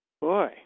boy